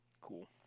Cool